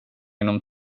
inom